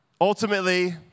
Ultimately